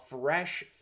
fresh